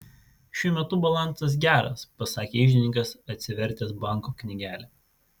šiuo metu balansas geras pasakė iždininkas atsivertęs banko knygelę